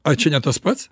ar čia ne tas pats